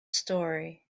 story